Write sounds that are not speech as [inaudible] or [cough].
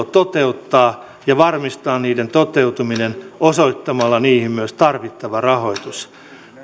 [unintelligible] toteuttaa ja varmistaa niiden toteutuminen osoittamalla niihin myös tarvittava rahoitus